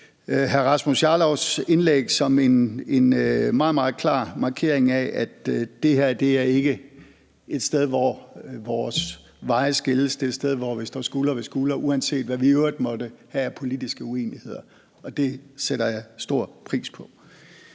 hr. Rasmus Jarlovs indlæg som en meget, meget klar markering af, at det her ikke er et sted, hvor vores veje skilles; det er et sted, hvor vi står skulder ved skulder, uanset hvad vi i øvrigt måtte have af politiske uenigheder, og det sætter jeg stor pris på.